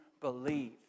believe